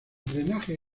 drenaje